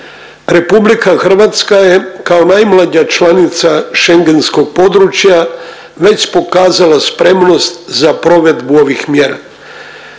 središta EU. RH kao najmlađa članica šengenskog područja već pokazala spremnost za provedbu ovih mjera.